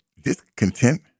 discontent